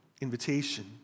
invitation